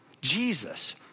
Jesus